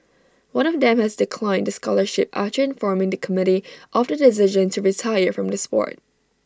one of them has declined the scholarship at informing the committee of the decision to retire from the Sport